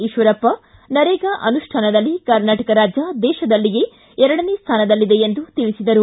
ಈತ್ವರಪ್ಪ ನರೇಗಾ ಅನುಷ್ಠಾನದಲ್ಲಿ ಕರ್ನಾಟಕ ರಾಜ್ಯ ದೇಶದಲ್ಲಿಯೇ ಎರಡನೇಯ ಸ್ಥಾನದಲ್ಲಿದೆ ಎಂದು ತಿಳಿಸಿದರು